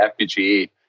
FPGA